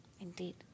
Indeed